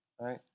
right